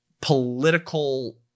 political